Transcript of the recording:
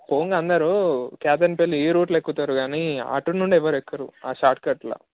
పోగా అందరూ క్యాబిన్పల్లి ఈ రూట్లో ఎక్కుతారు గానీ అటు నుండి ఎవ్వరు ఎక్కరు ఆ షార్ట్కట్లో